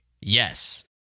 Yes